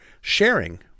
sharing